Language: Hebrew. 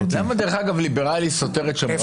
למה דרך אגב ליברלי סותר שמרנות?